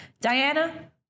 Diana